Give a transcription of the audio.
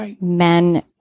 men